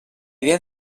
idea